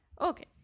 Okay